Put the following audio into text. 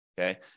okay